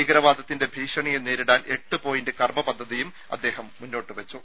ഭീകര വാദത്തിന്റെ ഭീഷണിയെ നേരിടാൻ എട്ട് പോയിന്റ് കർമപദ്ധതിയും അദ്ദേഹം മുന്നോട്ടുവച്ചു